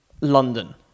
London